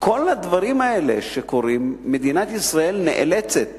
כל הדברים האלה שקורים, מדינת ישראל נאלצת